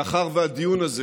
מאחר שהדיון הזה